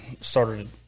started